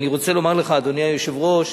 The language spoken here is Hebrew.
אני רוצה לומר לך, אדוני היושב-ראש,